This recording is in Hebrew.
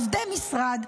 עובדי משרד,